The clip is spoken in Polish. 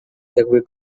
jakby